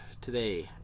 today